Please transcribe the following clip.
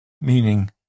meaning